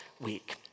week